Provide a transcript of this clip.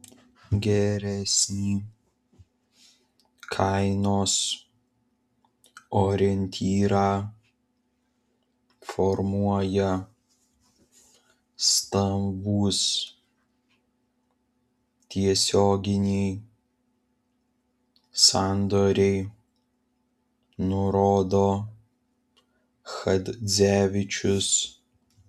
geresnį kainos orientyrą formuoja stambūs tiesioginiai sandoriai nurodo chadzevičius